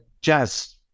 jazz